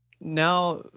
Now